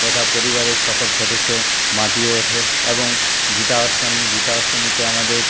তথা পরিবারের সকল সদস্য মেতে ওঠে এবং জিতা অষ্টমী জিতা অষ্টমীতে আমাদের